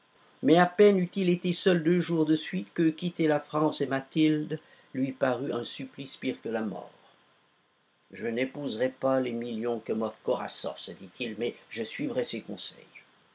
mais à peine eut-il été seul deux jours de suite que quitter la france et mathilde lui parut un supplice pire que la mort je n'épouserai pas les millions que m'offre korasoff se dit-il mais je suivrai ses conseils